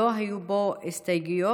שלא היו בו הסתייגויות.